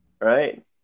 right